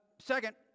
Second